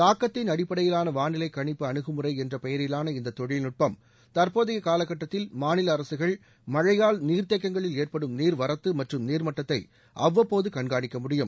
தாக்கத்தின் அடிப்படையிலான வானிலை கணிப்பு அணுகுமுறை என்ற பெயரிலான இந்த தொழில்நுட்பம் தற்போதைய காலக்கட்டத்தில் மாநில அரசுகள் மழழயால் நீர்த்தேக்கங்களில் ஏற்படும் நீர்வரத்து மற்றும் நீர்மட்டத்தை அவ்வப்போது கண்காணிக்க முடியும்